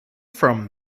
from